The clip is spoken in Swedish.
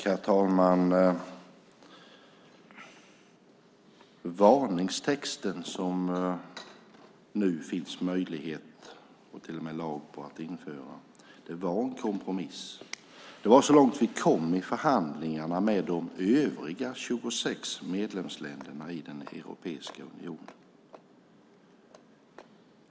Herr talman! Varningstexten som det nu finns möjlighet och till och med lag på att införa var en kompromiss. Det var så långt vi kom i förhandlingarna med de övriga 26 medlemsländerna i Europeiska unionen.